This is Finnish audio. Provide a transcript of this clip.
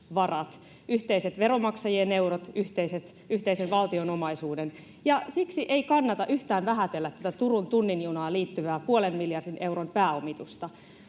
yhteiset veronmaksajien eurot, yhteisen valtion omaisuuden. Ja siksi ei kannata yhtään vähätellä tätä Turun tunnin junaan liittyvää puolen miljardin euron pääomitusta.